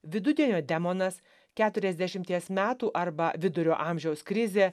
vidudienio demonas keturiasdešimties metų arba vidurio amžiaus krizė